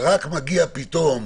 ורק כשמגיעה פתאום